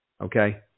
Okay